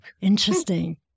Interesting